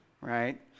right